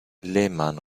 lehman